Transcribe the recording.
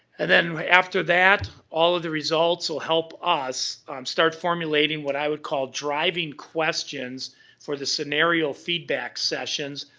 and then, after that, all of the results will help us start formulating what i would call driving questions for the scenario feedback sessions.